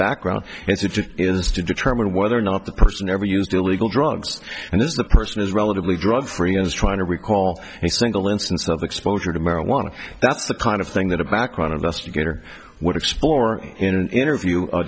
background and it is to determine whether or not the person ever used illegal drugs and this is the person is relatively drug free is trying to recall a single instance of exposure to marijuana that's the kind of thing that a background investigator would explore in an interview